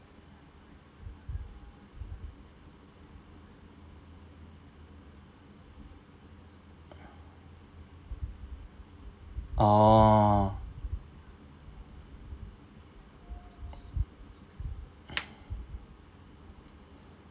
orh